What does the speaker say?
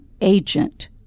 agent